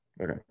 Okay